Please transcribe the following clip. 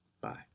Bye